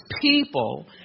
people